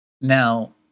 Now